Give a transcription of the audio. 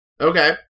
Okay